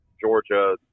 Georgia